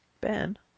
Ben